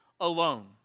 alone